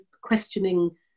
questioning